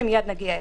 שמייד נגיע אליו.